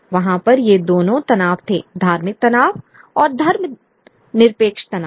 वहां पर यह दोनों तनाव थे धार्मिक तनाव और धर्मनिरपेक्ष तनाव